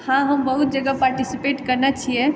हँ हम बहुत जगह पार्टिसिपेट कयने छियै